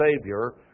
Savior